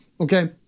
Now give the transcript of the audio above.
Okay